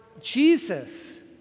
Jesus